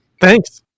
thanks